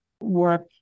work